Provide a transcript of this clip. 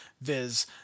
viz